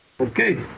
Okay